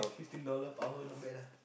fifteen dollar per hour not bad ah